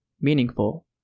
meaningful